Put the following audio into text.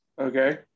Okay